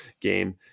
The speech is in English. game